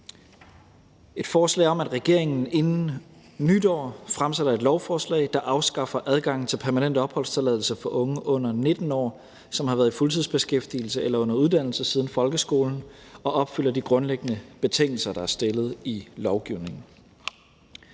et forslag om, at regeringen inden nytår fremsætter et lovforslag, der afskaffer adgangen til permanent opholdstilladelse for unge under 19 år, som har været i fuldtidsbeskæftigelse eller under uddannelse siden folkeskolen og opfylder de grundliggende betingelser, der er stillet i lovgivningen.